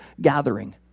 gathering